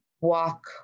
walk